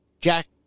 Jack